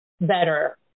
better